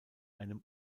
einem